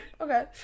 okay